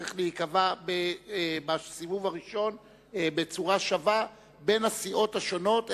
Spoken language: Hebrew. צריך להיקבע שמחלקים בסיבוב הראשון בצורה שווה בין הסיעות השונות,